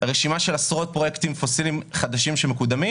רשימה של עשרות פרויקטים פוסיליים חדשים שמקודמים